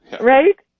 Right